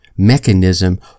mechanism